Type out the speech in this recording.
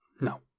No